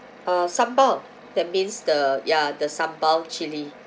uh sambal that means the ya the sambal chilli